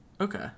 Okay